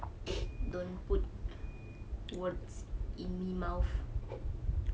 don't put words in me mouth